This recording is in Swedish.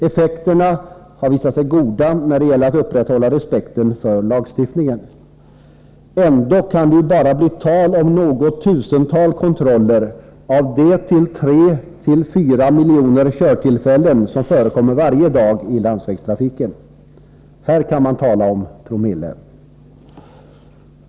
Effekterna har visat sig goda när det gäller att upprätthålla respekten för lagstiftningen. Ändå kan det ju bara bli tal om något tusental kontroller av de tre till fyra miljoner körtillfällen som förekommer varje dag i landsvägstrafiken. Här kan man tala om promille.